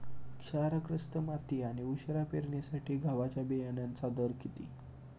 क्षारग्रस्त माती आणि उशिरा पेरणीसाठी गव्हाच्या बियाण्यांचा दर किती?